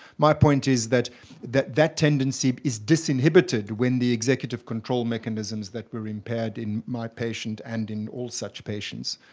my point is that that that tendency is disinhibited when the executive control mechanisms that were impaired in my patient and in all such patients,